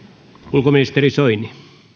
ulkoministeri soini